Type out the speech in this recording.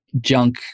junk